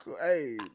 Hey